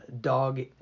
Dog